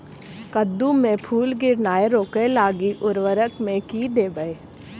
कद्दू मे फूल गिरनाय रोकय लागि उर्वरक मे की देबै?